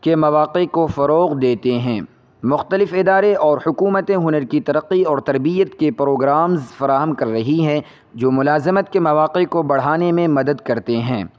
کے مواقع کو فروغ دیتے ہیں مختلف ادارے اور حکومتیں ہنر کی ترقی اور تربیت کے پروگرامز فراہم کر رہی ہے جو ملازمت کے مواقع کو بڑھانے میں مدد کرتے ہیں